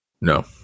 No